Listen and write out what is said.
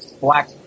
black